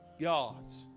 God's